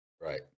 Right